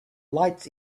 lights